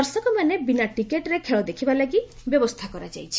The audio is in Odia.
ଦର୍ଶକମାନେ ବିନା ଟିକେଟ୍ରେ ଖେଳ ଦେଖିବା ଲାଗି ବ୍ୟବସ୍କା କରାଯାଇଛି